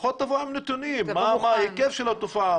לפחות תבוא עם נתונים מה ההיקף של התופעה,